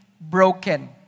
broken